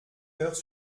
heures